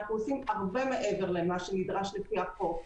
אנחנו עושים הרבה מעבר למה שנדרש לפי החוק.